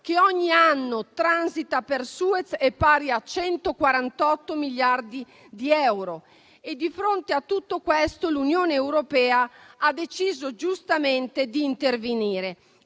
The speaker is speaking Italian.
che ogni anno transita per Suez è pari a 148 miliardi di euro. Di fronte a tutto questo, l'Unione europea ha deciso giustamente di intervenire,